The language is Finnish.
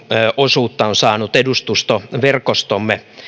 osuutta on saanut edustustoverkostomme